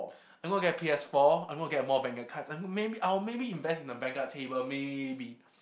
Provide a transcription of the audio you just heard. I'm gonna get a P_S-four I'm gonna get a more vanguard cards I maybe I'll maybe invest in a vanguard table maybe